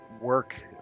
work